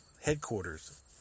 headquarters